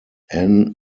ann